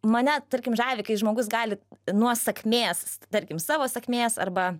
mane tarkim žavi kai žmogus gali nuo sakmės tarkim savo sakmės arba